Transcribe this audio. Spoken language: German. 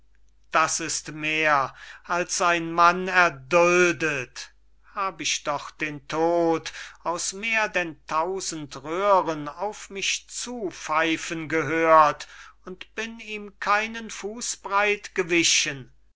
das ist mehr als ein mann erduldet hab ich doch den tod aus mehr denn tausend röhren auf mich zupfeifen gehört und bin ihm keinen fußbreit gewichen